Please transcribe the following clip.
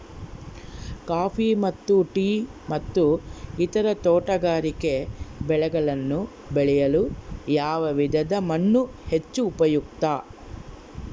Coffee ಮತ್ತು ಟೇ ಮತ್ತು ಇತರ ತೋಟಗಾರಿಕೆ ಬೆಳೆಗಳನ್ನು ಬೆಳೆಯಲು ಯಾವ ವಿಧದ ಮಣ್ಣು ಹೆಚ್ಚು ಉಪಯುಕ್ತ?